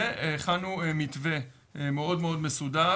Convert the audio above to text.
והכנו מתווה מאוד-מאוד מסודר.